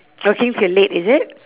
working till late is it